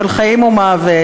של חיים ומוות,